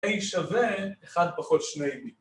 A שווה 1 פחות 2B